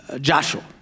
Joshua